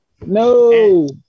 No